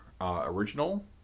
Original